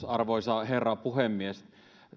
arvoisa herra puhemies